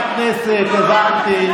חברי הכנסת, הבנתי.